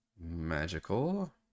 magical